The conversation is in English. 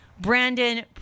Brandon